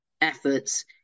efforts